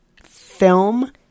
film